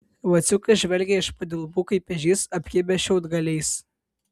vaciukas žvelgė iš padilbų kaip ežys apkibęs šiaudgaliais